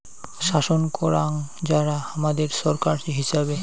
শাসন করাং যারা হামাদের ছরকার হিচাবে